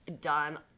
done